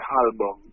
album